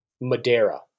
Madeira